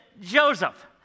Joseph